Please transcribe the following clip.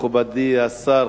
מכובדי השר,